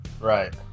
Right